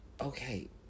okay